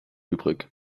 übrig